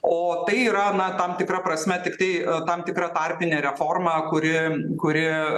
o tai yra na tam tikra prasme tiktai tam tikra tarpinė reformą kuri kuri